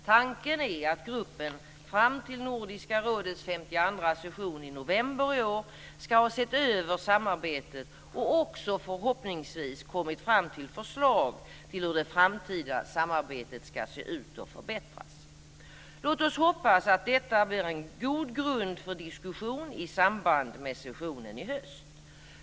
Tanken är att gruppen fram till Nordiska rådets 52:a session i november i år ska ha sett över samarbetet och också förhoppningsvis ha kommit fram till förslag till hur det framtida samarbetet ska se ut och förbättras. Låt oss hoppas att detta blir en god grund för diskussion i samband med sessionen i höst.